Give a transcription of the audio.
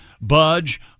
budge